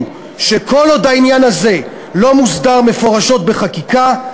שכל עוד העניין הזה לא מוסדר מפורשות בחקיקה,